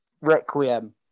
Requiem